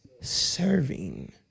serving